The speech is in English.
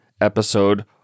episode